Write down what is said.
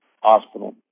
Hospital